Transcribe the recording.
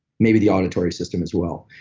maybe the auditory system as well,